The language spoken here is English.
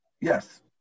Yes